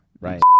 right